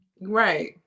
Right